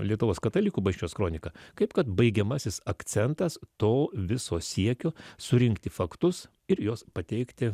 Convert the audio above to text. lietuvos katalikų bažnyčios kronika kaip kad baigiamasis akcentas to viso siekio surinkti faktus ir juos pateikti